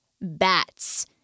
bats